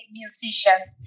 musicians